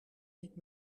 niet